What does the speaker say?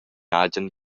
agen